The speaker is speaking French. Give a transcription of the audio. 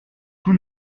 tout